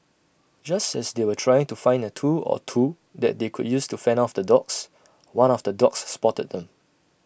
just as they were trying to find A tool or two that they could use to fend off the dogs one of the dogs spotted them